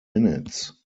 minutes